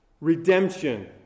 Redemption